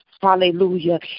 Hallelujah